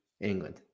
England